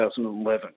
2011